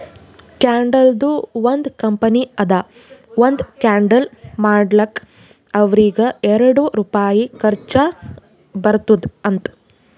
ಕ್ಯಾಂಡಲ್ದು ಒಂದ್ ಕಂಪನಿ ಅದಾ ಒಂದ್ ಕ್ಯಾಂಡಲ್ ಮಾಡ್ಲಕ್ ಅವ್ರಿಗ ಎರಡು ರುಪಾಯಿ ಖರ್ಚಾ ಬರ್ತುದ್ ಅಂತ್